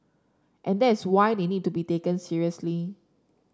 and that is why they need to be taken seriously